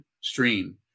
stream